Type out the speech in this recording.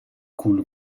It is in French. coule